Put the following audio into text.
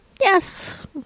yes